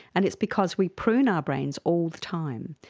and it's because we prune our brains all the time.